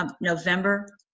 November